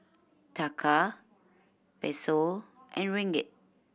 Taka Peso and Ringgit